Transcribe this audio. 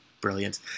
Brilliant